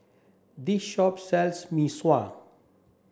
this shop sells Mee Sua